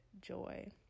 joy